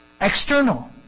external